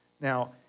Now